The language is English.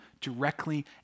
directly